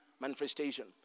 manifestation